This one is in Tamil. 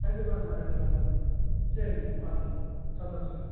கண்டிப்பாங்கண்ணா கண்டிப்பாங்கண்ணா சரிங்கண்ணா பாருங்கண்ணா சந்தோஷம்